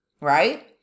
right